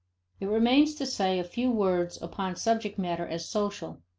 it remains to say a few words upon subject matter as social,